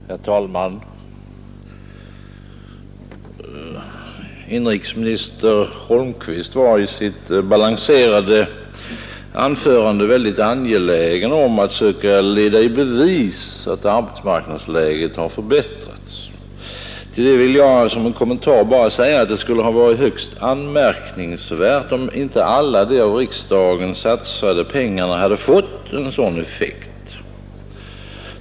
Herr talman! Inrikesminister Holmqvist var i sitt balanserade anförande väldigt angelägen om att söka leda i bevis att arbetsmarknadsläget har förbättrats. Till det vill jag som en kommentar bara säga att det skulle ha varit högst anmärkningsvärt, om inte alla de av riksdagen satsade pengarna hade fått en sådan effekt.